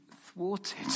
thwarted